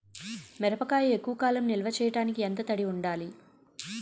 మిరపకాయ ఎక్కువ కాలం నిల్వ చేయటానికి ఎంత తడి ఉండాలి?